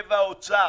מתחייב האוצר,